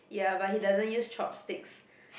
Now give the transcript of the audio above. ya but he doesn't use chopsticks